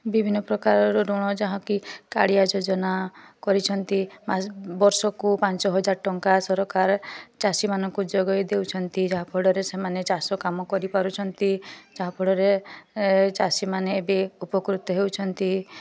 ବିଭିନ୍ନ ପ୍ରକାରର ଋଣ ଯାହାକି କାଳିଆ ଯୋଜନା କରିଛନ୍ତି ମାସ ବର୍ଷକୁ ପାଞ୍ଚହଜାର ଟଙ୍କା ସରକାର ଚାଷୀମାନଙ୍କୁ ଯୋଗାଇ ଦେଉଛନ୍ତି ଯାହାଫଳରେ ସେମାନେ ଚାଷକାମ କରିପାରୁଛନ୍ତି ଯାହାଫଳରେ ଚାଷୀମାନେ ଏବେ ଉପକୃତ ହେଉଛନ୍ତି